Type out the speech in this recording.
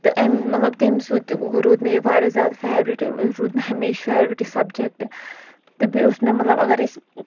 تہٕ یِم مَطلَب تمہِ سٟتۍ روٗد مےٚ یہِ واریاہ زِیادٕ فیورِٹ یہِ روٗد مےٚ ہَمیشہِ فیورِٹ یہِ سَبجَکٹہٕ تہٕ بیٚیہِ اوس مےٚ مَطلَب اَگر أسۍ